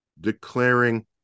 declaring